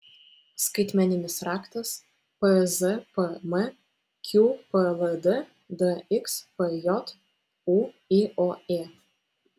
skaitmeninis raktas pzpm qpld dxpj ūioė